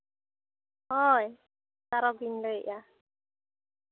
ᱦᱳᱭ ᱥᱟᱨᱚ ᱜᱤᱧ ᱞᱟᱹᱭᱮᱫᱼᱟ